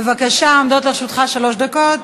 בבקשה, עומדות לרשותך שלוש דקות.